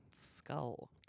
skull